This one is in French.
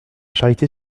charité